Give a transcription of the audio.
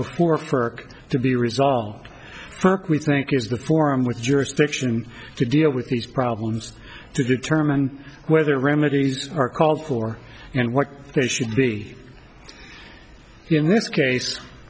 before for to be resolved perk we think is the forum with jurisdiction to deal with these problems to determine whether remedies are called for and what they should be in this case